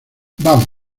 vamos